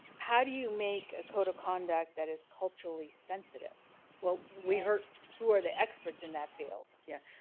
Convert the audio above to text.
how do you make a code of conduct that is culturally sensitive well we hurt? who are the experts in that field yeah?